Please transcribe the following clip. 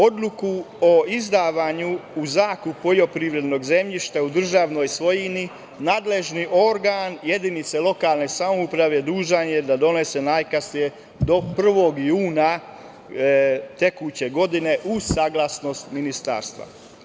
Odluku o izdavanju u zakup poljoprivrednog zemljišta u državnoj svojini nadležni organ jedinice lokalne samouprave dužan je da donese najkasnije do 1. juna tekuće godine, uz saglasnost ministarstva.